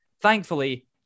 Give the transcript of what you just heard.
Thankfully